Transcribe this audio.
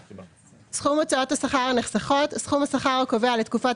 "סכום הוצאות השכר הנחסכות" סכום השכר הקובע לתקופת